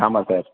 ஆமாம் சார்